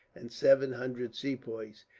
and seven hundred sepoys.